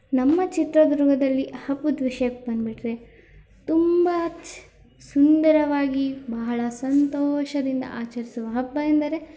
ನಮ್ಮ ಚಿತ್ರದುರ್ಗದಲ್ಲಿ ಹಬ್ಬದ ವಿಷ್ಯಕ್ಕೆ ಬಂದುಬಿಟ್ರೆ ತುಂಬ ಚ್ ಸುಂದರವಾಗಿ ಬಹಳ ಸಂತೋಷದಿಂದ ಆಚರಿಸುವ ಹಬ್ಬ ಎಂದರೆ